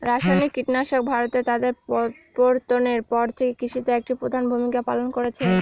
রাসায়নিক কীটনাশক ভারতে তাদের প্রবর্তনের পর থেকে কৃষিতে একটি প্রধান ভূমিকা পালন করেছে